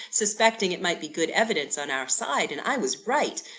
suspecting it might be good evidence on our side and i was right.